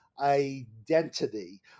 identity